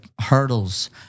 hurdles